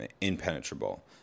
Impenetrable